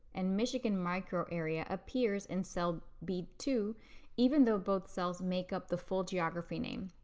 and michigan micro area appears in cell b two even though both cells make up the full geography name.